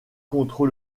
contre